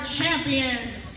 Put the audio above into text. champions